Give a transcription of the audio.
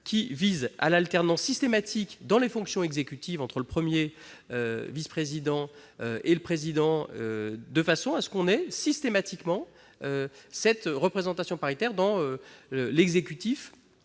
une alternance systématique dans les fonctions exécutives entre le premier vice-président et le président de façon à obtenir systématiquement une représentation paritaire à la tête de l'exécutif